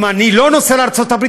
אם אני לא נוסע לארצות-הברית,